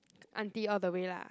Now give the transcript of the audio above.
aunty all the way lah